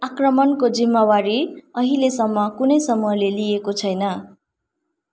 आक्रमणको जिम्मेवारी अहिलेसम्म कुनै समूहले लिएको छैन